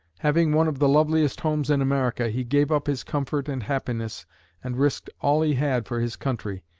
having one of the loveliest homes in america, he gave up his comfort and happiness and risked all he had for his country.